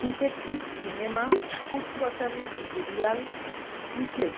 detective cinema কুটকচালির serial cricket